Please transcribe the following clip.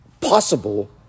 possible